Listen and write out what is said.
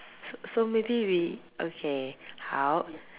so so maybe we okay 好